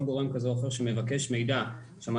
כל גורם כזה או אחר שמבקש מידע שהמטרה